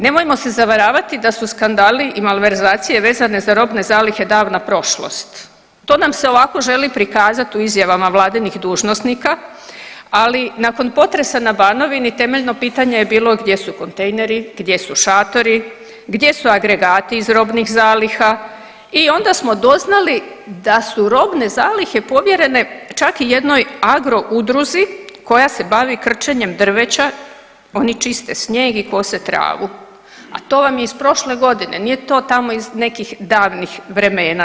Nemojmo se zavaravati da su skandali i malverzacije vezane za robne zalihe davna prošlost, to nam se ovako želi prikazat u izjavama vladinih dužnosnika, ali nakon potresa na Banovini temeljno pitanje je bilo gdje su kontejneri, gdje su šatori, gdje su agregati iz robnih zaliha i onda smo doznali da su robne zalihe povjerene čak i jednoj agroudruzi koja se bavi krčenjem drveća, oni čiste snijeg i kose travu, a to vam je iz prošle godine, nije to tako iz nekih davnih vremena.